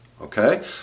okay